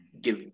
give